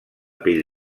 pell